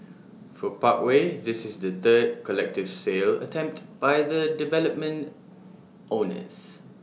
for Parkway this is the third collective sale attempt by the development's owners